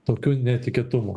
tokių netikėtumų